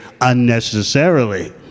unnecessarily